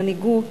למנהיגות,